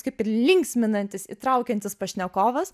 kaip ir linksminantis įtraukiantis pašnekovas